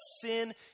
sin